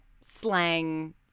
slang